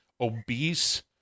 obese